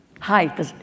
Hi